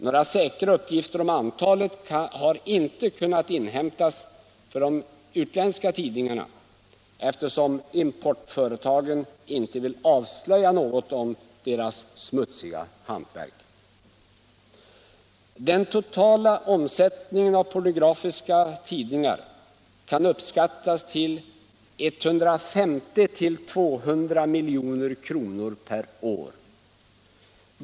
Några säkra uppgifter om antalet har inte kunnat inhämtas eftersom importföretagen inte vill avslöja något om sitt smutsiga hantverk. Den totala omsättningen av pornografiska tidningar kan uppskattas till 150-200 milj.kr. per år.